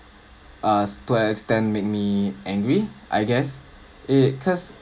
uh to an extent made me angry I guess it cause